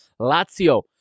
Lazio